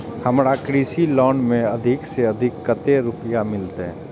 हमरा कृषि लोन में अधिक से अधिक कतेक रुपया मिलते?